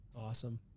Awesome